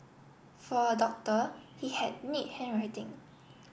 for a doctor he had neat handwriting